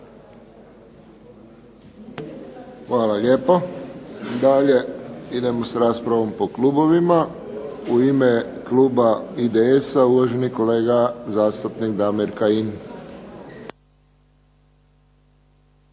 Hvala lijepo. Dalje idemo s raspravom po klubovima. U ime kluba IDS-a uvaženi kolega zastupnik Damir Kajin.